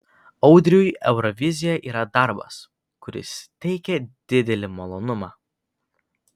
audriui eurovizija yra darbas kuris teikia didelį malonumą